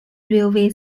railway